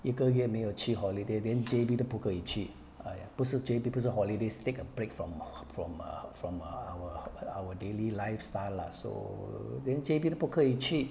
一个月没有去 holiday then J_B 都不可以去哎呀不是 J_B 不是 holidays take a break from from uh from our our daily lifestyle lah so 连 J_B 都不可以去